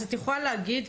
אז את יכולה להגיד,